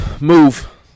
move